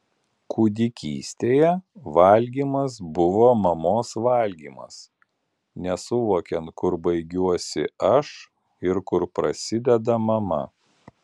kūdikystėje valgymas buvo mamos valgymas nesuvokiant kur baigiuosi aš ir kur prasideda mama